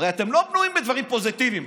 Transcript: הרי אתם לא בנויים מדברים פוזיטיביים.